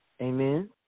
Amen